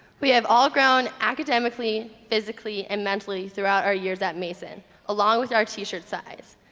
we have all grown academically physically and mentally throughout our years at mason along with our t-shirt size,